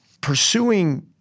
pursuing